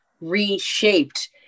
reshaped